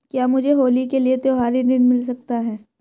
क्या मुझे होली के लिए त्यौहारी ऋण मिल सकता है?